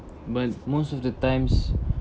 but most of the times